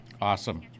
Awesome